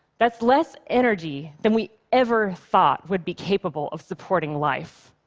that's less energy than we ever thought would be capable of supporting life,